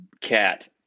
cat